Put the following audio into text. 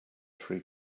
free